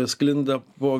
sklinda po